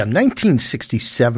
1967